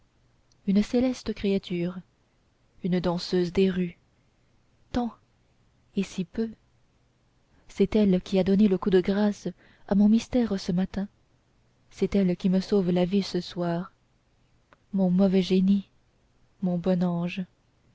une céleste créature une danseuse des rues tant et si peu c'est elle qui a donné le coup de grâce à mon mystère ce matin c'est elle qui me sauve la vie ce soir mon mauvais génie mon bon ange